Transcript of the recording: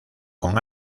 con